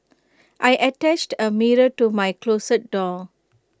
I attached A mirror to my closet door